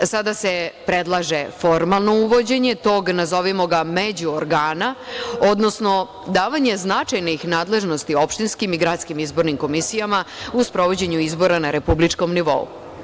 Sada se predlaže formalno uvođenje tog, nazovimo ga, međuorgana, odnosno davanje značajnih nadležnosti opštinskim i gradskim izbornim komisijama u sprovođenju izbora na republičkom nivou.